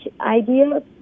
idea